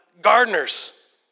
gardeners